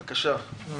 בבקשה.